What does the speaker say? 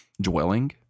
dwelling